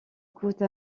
coûte